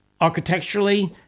architecturally